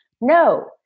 No